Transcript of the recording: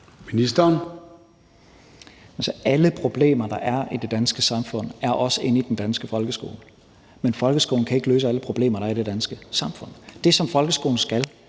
Tesfaye): Alle de problemer, der er i det danske samfund, findes også i den danske folkeskole, men folkeskolen kan ikke løse alle de problemer, der er i det danske samfund. Det, som folkeskolen skal,